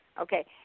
Okay